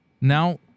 now